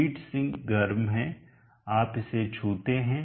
heat sink गर्म है आप इसे छूते हैं